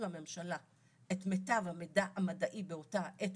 לממשלה את מיטב המידע המדעי באותה העת,